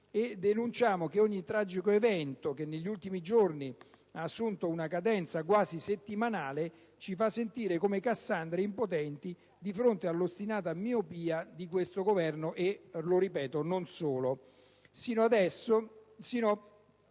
denunciamo che ogni tragico evento - negli ultimi giorni hanno assunto una cadenza quasi settimanale - ci fa sentire come Cassandre impotenti di fronte all'ostinata miopia di questo Governo e - lo ripeto - non solo